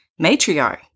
matriarch